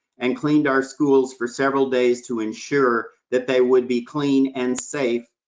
and cleaned our schools for several days, to ensure that they would be clean and safe,